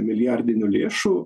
milijardinių lėšų